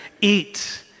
Eat